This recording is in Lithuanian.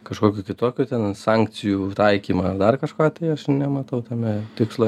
kažkokių kitokių ten sankcijų taikymą dar kažką tai aš nematau tame tikslo